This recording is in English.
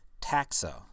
taxa